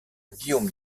guillaume